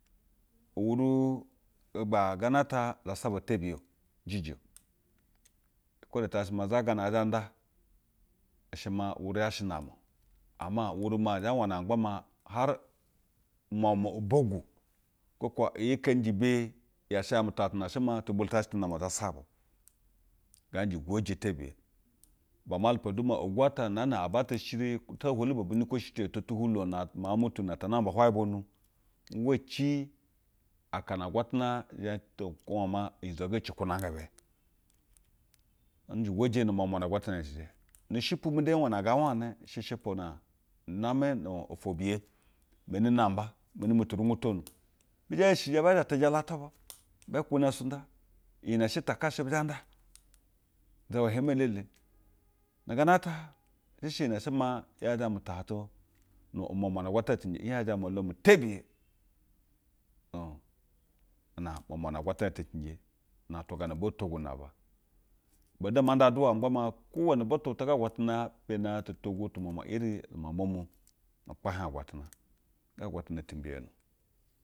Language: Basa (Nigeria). Uwuru uba gana ata zasa baa o tebiye jij o kwo da. Te yoa shemaa za gana e zhe nda i she maa uwuru zha she nama o. Ama umuru ma zhe wasa ma gba maa hare unwamwa ubogwu kwo ka iyi ike nje beye ya sha ubogwu kwoka iyi ike nje byeye ya sha ame tuhagji nba hse maa tulubo te zha sha ta nama zasa ba o, ngaa nje gwoje tebiye ibe ama lupa da maa ogwu ata ana na aba ata shiri jɛ taa no ohwolu ba ogwunukwashi tu ya ta tumulo na miauj na tanamb ahwaye bwonu iwe bi akana agwatana xhe to kwube wa maa unyizo gacu kwanange bɛ. Nje gwoje nu mwanmwa na agwatan wan she shepwu mu de hwayo na ngaa wane she she pwu mu da no-ofwo biye. Meni numa ba meni mu tu rungutanu. Bi zhe isheje ba tejala tu bu be kwune sujda iyi ne she takashɛ bi zhe nda zawa gieme elele. Nu gana ata she she iyi ne she maa yaga ame tuhajtu nu umwanwa na agwatana tenjɛ. Ni iyaje ame-olom tebiye na atwa gaa na boo ntaghu na aba ibɛ da ama nda aduwa magba maa kwo woni butu butu kwa agwatana pena a-j tulugwu tu mwamwa in umwamwa mu. Na ukpahie agwatana. Ga agwatana ti mbiyono